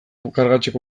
kargatzeko